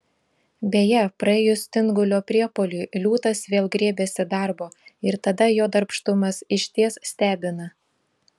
beje praėjus tingulio priepuoliui liūtas vėl griebiasi darbo ir tada jo darbštumas išties stebina